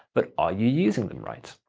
but are you using them right?